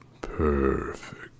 Perfect